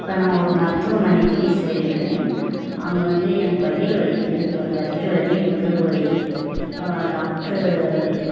இப்போ நான் ஒரு மருத்துவமனைக்கு செல்கிறேன் அங்கே வந்து எனக்கு வயிறு வலிக்குதுனு போகிறேன் வயிறு வலி முதுகு வலி டாக்ட்ரு